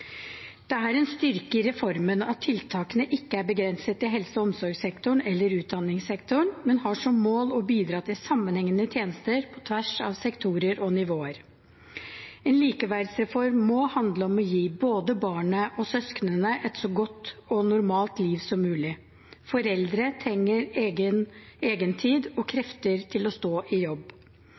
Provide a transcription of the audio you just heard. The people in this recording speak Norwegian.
Det er en styrke i reformen at tiltakene ikke er begrenset til helse- og omsorgssektoren eller utdanningssektoren, men har som mål å bidra til sammenhengende tjenester på tvers av sektorer og nivåer. En likeverdsreform må handle om å gi både barnet og søsknene et så godt og normalt liv som mulig. Foreldre trenger egentid og krefter til å stå i jobb.